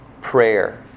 prayer